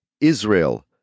Israel